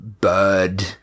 bird